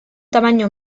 tamaño